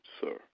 sir